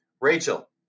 Rachel